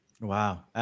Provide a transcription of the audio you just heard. Wow